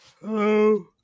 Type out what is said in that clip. hello